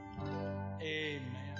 amen